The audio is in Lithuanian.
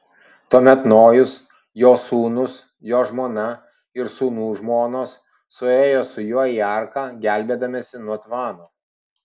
tuomet nojus jo sūnūs jo žmona ir sūnų žmonos suėjo su juo į arką gelbėdamiesi nuo tvano